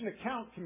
account